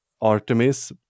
Artemis